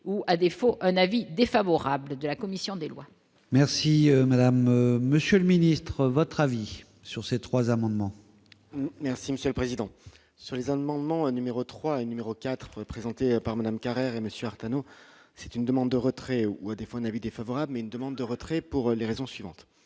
ou à défaut un avis défavorable de la commission des lois. Merci madame, monsieur le ministre, votre avis sur ces 3 amendements. Merci Monsieur le Président, sur les Allemands non numéro 3 et numéro 4 présenté par Madame Carrère et monsieur Arnaud c'est une demande de retrait ou à défaut défavorable mais une demande de retrait pour les raisons suivantes